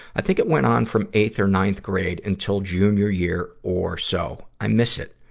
i think it went on from eighth or ninth grade until junior year or so. i miss it.